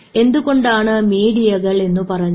എന്തുകൊണ്ടാണ് മീഡിയകൾ എന്നു പറഞ്ഞത്